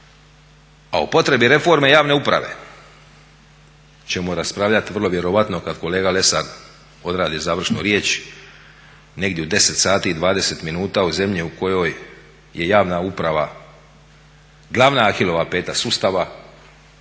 a o potrebi reforme javne uprave ćemo raspravljati vrlo vjerojatno kad kolega Lesar odradi završnu riječ negdje u 22,20 u zemlji u kojoj je javna uprava glavna Ahilova peta sustava